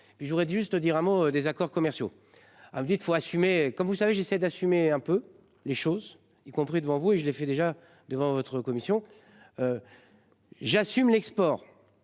je voudrais juste dire un mot des accords commerciaux. Ah vous dites faut assumer comme vous savez j'essaie d'assumer un peu les choses, y compris devant vous et je l'ai fait déjà devant votre commission. J'assume l'export